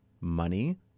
money